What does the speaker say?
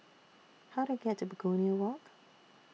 How Do I get to Begonia Walk